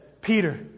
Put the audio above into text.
Peter